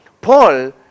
Paul